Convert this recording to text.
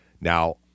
Now